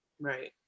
Right